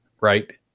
right